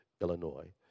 Illinois